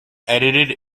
edited